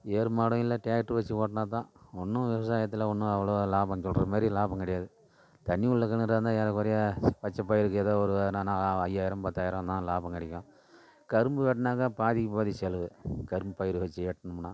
ஏறுமாடும் இல்லை ட்ராக்டர் வச்சு ஓட்டுனாதான் ஒன்றும் விவசாயத்தில் ஒன்றும் அவ்வளவா லாபம் சொல்கிற மாதிரி லாபம் கிடையாது தண்ணி உள்ள கிணறா இருந்தால் ஏறக்குறைய வச்ச பயிருக்கு எதோ ஒரு ஐயாயிரம் பத்தாயிரம்தான் லாபம் கிடைக்கும் கரும்பு வெட்னாக்க பாதிக்கு பாதி செலவு கரும்பு பயிர் வச்சு வெட்டுனமுன்னா